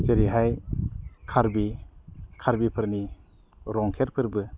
जेरैहाय कार्बि कार्बि फोरनि रंखेर फोरबो